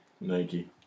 Nike